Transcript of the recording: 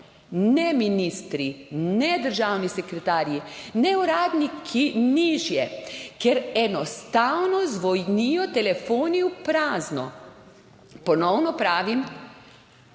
ne ministri, ne državni sekretarji, ne uradniki nižje, ker enostavno zvonijo telefoni v prazno. Ponovno pravim,